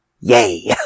Yay